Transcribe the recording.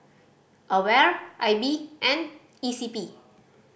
AWARE I B and E C P